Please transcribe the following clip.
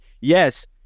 yes